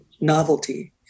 novelty